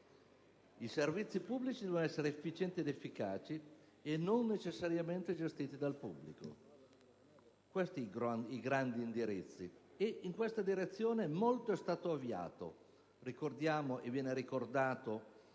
I servizi pubblici devono essere efficienti ed efficaci e non necessariamente gestiti dal pubblico. Questi i grandi orientamenti, e al riguardo molto è stato già avviato.